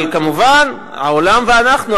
אבל כמובן, העולם ואנחנו.